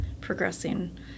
progressing